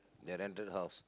their rented house